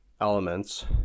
elements